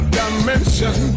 dimension